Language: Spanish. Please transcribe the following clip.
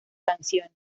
canciones